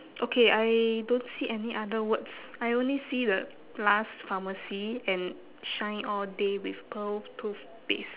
okay I don't see any other words I only see the last pharmacy and shine all day with pearl toothpaste